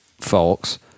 folks